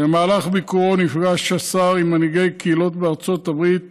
במהלך ביקורו נפגש השר עם מנהיגי קהילות בארצות הברית